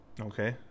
Okay